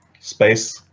space